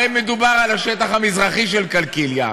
הרי מדובר על השטח המזרחי של קלקיליה,